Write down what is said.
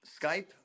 Skype